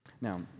now